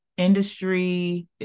industry